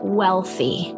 wealthy